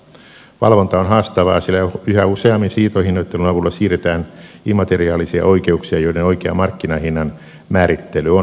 valvonta on haastavaa sillä yhä useammin siirtohinnoittelun avulla siirretään immateriaalisia oikeuksia joiden oikean markkinahinnan määrittely on monimutkaista